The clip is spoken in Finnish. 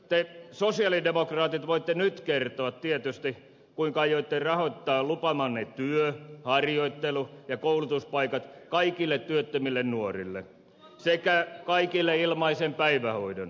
te sosialidemokraatit voitte nyt tietysti kertoa kuinka aiotte rahoittaa lupaamanne työ harjoittelu ja koulutuspaikat kaikille työttömille nuorille sekä kaikille ilmaisen päivähoidon